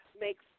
makes